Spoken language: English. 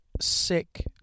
Sick